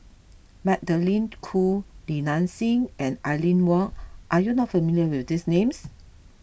Magdalene Khoo Li Nanxing and Aline Wong are you not familiar with these names